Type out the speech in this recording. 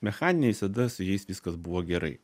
mechaniniai visada su jais viskas buvo gerai